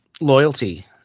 loyalty